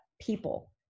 people